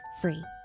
free